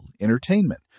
entertainment